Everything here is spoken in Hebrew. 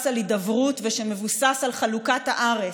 על הידברות ושמבוסס על חלוקת הארץ.